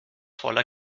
voller